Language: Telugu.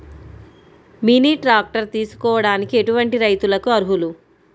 మినీ ట్రాక్టర్ తీసుకోవడానికి ఎటువంటి రైతులకి అర్హులు?